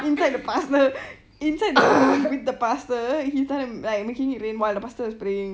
inside the pastor inside with the pastor he started making it rain while the pastor was praying